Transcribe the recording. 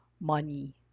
money